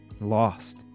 Lost